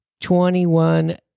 twenty-one